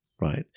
right